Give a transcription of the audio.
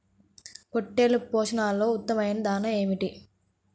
పొట్టెళ్ల పోషణలో ఉత్తమమైన దాణా ఏది?